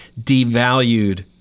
devalued